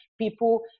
people